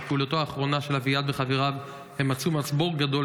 בפעולתם האחרונה אביעד וחבריו מצאו מצבור גדול